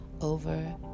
over